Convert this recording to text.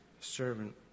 servant